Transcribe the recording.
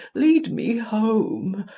lead me home,